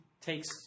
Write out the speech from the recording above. takes